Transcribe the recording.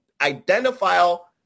identifiable